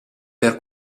per